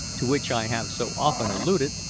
to which i have so often alluded,